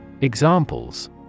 Examples